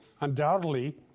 undoubtedly